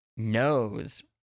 knows